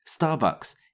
Starbucks